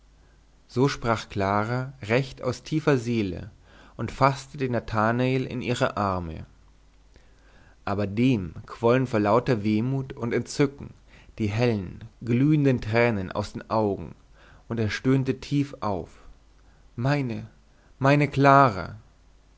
so sprach clara recht aus tiefer seele und faßte den nathanael in ihre arme aber dem quollen vor lauter wehmut und entzücken die hellen glühenden tränen aus den augen und er stöhnte tief auf meine meine clara